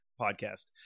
podcast